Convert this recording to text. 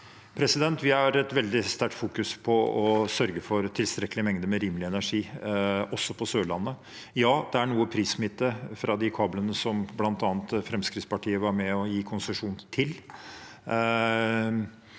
Vi fokuserer vel- dig sterkt på å sørge for tilstrekkelige mengder med rimelig energi, også på Sørlandet. Ja, det er noe prissmitte fra de kablene som bl.a. Fremskrittspartiet var med på å gi konsesjon til.